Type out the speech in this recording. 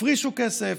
הפרישו כסף,